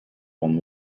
while